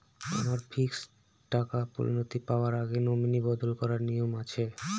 আমার ফিক্সড টাকা পরিনতি পাওয়ার আগে নমিনি বদল করার নিয়ম আছে?